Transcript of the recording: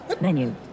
Menu